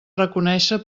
reconéixer